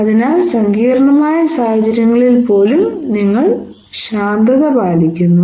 അതിനാൽ സങ്കീർണ്ണമായ സാഹചര്യങ്ങളിൽ പോലും നിങ്ങൾ ശാന്തത പാലിക്കുന്നു